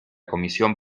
comisión